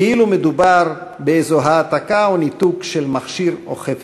כאילו מדובר באיזו העתקה או ניתוק של מכשיר או חפץ.